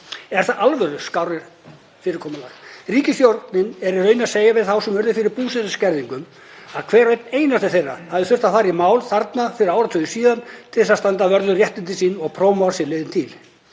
Er það í alvöru skárra fyrirkomulag? Ríkisstjórnin er í raun að segja við þá sem urðu fyrir búsetuskerðingum að hver og einn einasti þeirra hefði þurft að fara í mál fyrir áratug síðan til að standa vörð um réttindi sín og prófmál séu liðin tíð.